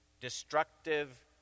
destructive